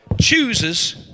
chooses